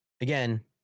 again